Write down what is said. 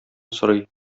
сорый